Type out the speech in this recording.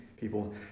people